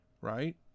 right